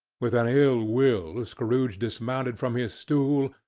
with an ill-will scrooge dismounted from his stool,